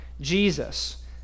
Jesus